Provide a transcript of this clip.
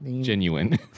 genuine